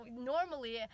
Normally